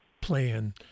plan